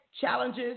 challenges